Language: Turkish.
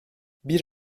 bir